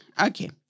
Okay